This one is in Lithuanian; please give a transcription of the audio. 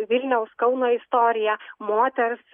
vilniaus kauno istoriją moters